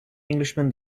englishman